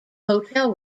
hotel